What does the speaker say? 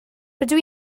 rydw